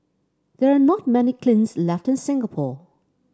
there are not many kilns left in Singapore